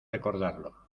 recordarlo